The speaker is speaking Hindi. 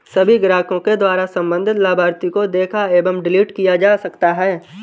सभी ग्राहकों के द्वारा सम्बन्धित लाभार्थी को देखा एवं डिलीट किया जा सकता है